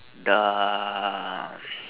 the